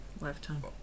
Lifetime